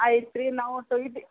ಐತಿ ರೀ ನಾವು ತೆಗಿತಿ